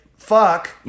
Fuck